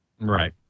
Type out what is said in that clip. Right